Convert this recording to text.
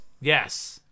Yes